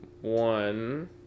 One